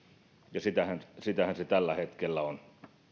ja sitähän se tällä hetkellä on